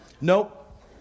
Nope